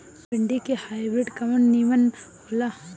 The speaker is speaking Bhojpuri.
भिन्डी के हाइब्रिड कवन नीमन हो ला?